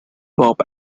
pop